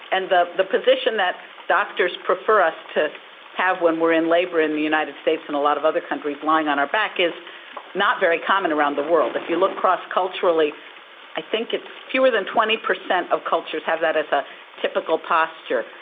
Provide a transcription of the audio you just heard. and the the position that doctors prefer us to have when we're in labour in the united states and a lot of other countries, lying on our back, is not very common around the world. if you look cross-culturally i think it's fewer than twenty percent of cultures have that as a typical posture.